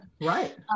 Right